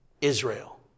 Israel